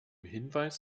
hinweis